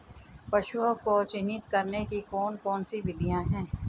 पशुओं को चिन्हित करने की कौन कौन सी विधियां हैं?